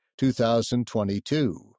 2022